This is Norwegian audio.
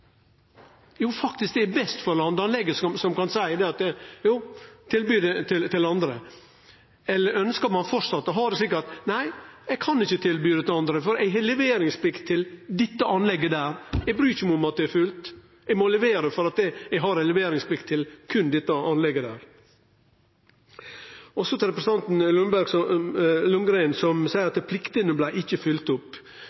Det er faktisk best for landanlegget som kan seie at ein skal tilby fisken til andre. Eller ønskjer ein framleis å ha det slik at ein kan seie at nei, eg kan ikkje tilby fisken til andre, for eg har leveringsplikt til dette anlegget, eg bryr meg ikkje om at det er fullt, eg må levere her, for eg har leveringsplikt berre til dette anlegget. Så til representanten Bell Ljunggren som seier